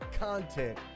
content